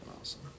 awesome